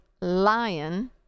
lion